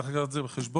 יש לקחת זאת בחשבון.